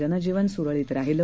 जनजीवन सुरळीत राहिलं